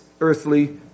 earthly